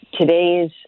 today's